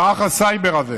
מערך הסייבר הזה,